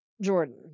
Jordan